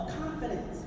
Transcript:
confidence